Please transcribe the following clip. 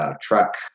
truck